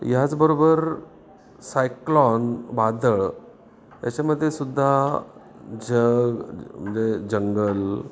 ह्याचबरोबर cyclone वादळ याच्यामध्ये सुुद्धा जग म्हणजे जंगल